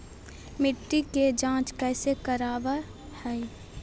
मिट्टी के जांच कैसे करावय है?